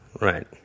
Right